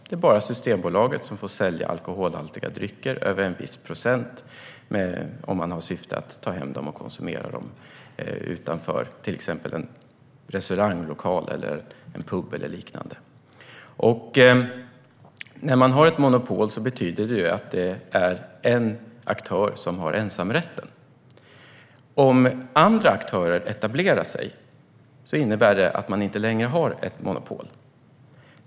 Det är bara Systembolaget som får sälja drycker med en alkoholhalt över en viss procent, med undantag för sådant som serveras i till exempel en restauranglokal eller en pub. Ett monopol innebär att det är en aktör som har ensamrätten. Om andra aktörer etablerar sig innebär det att man inte längre har ett monopol.